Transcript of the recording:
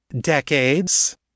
Decades